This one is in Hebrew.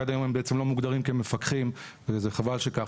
כי עד היום הם בעצם לא מוגדרים כמפקחים וזה חבל שכך.